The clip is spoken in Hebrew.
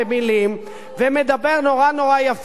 ומדבר נורא נורא יפה וגבוהה-גבוהה,